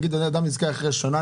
נגיד בן אדם נזכר אחרי שנה,